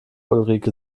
ulrike